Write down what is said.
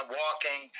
walking